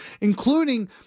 including